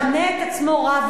מכנה את עצמו רב,